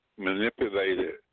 Manipulated